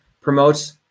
promotes